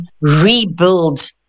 rebuild